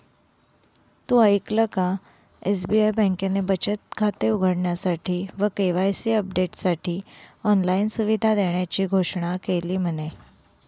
तु ऐकल का? एस.बी.आई बँकेने बचत खाते उघडण्यासाठी व के.वाई.सी अपडेटसाठी ऑनलाइन सुविधा देण्याची घोषणा केली म्हने